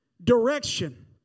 Direction